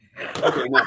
Okay